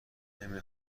نمی